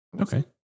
Okay